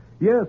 Yes